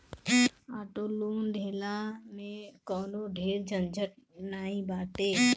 auto loan के लेहला में कवनो ढेर झंझट नाइ बाटे